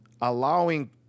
allowing